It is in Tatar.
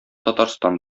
татарстан